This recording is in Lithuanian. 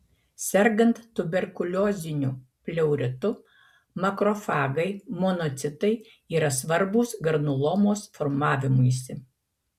sergant tuberkulioziniu pleuritu makrofagai monocitai yra svarbūs granulomos formavimuisi